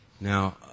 Now